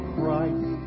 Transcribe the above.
Christ